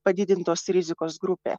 padidintos rizikos grupė